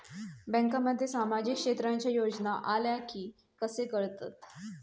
बँकांमध्ये सामाजिक क्षेत्रांच्या योजना आल्या की कसे कळतत?